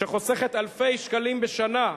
שחוסכת אלפי שקלים בשנה,